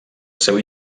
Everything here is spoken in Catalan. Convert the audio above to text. seu